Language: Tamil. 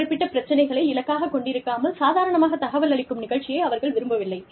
குறிப்பிட்ட பிரச்சனைகளை இலக்காக கொண்டிருக்காமல் சாதாரணமாகத் தகவல் அளிக்கும் நிகழ்ச்சியை அவர்கள் விரும்பவில்லை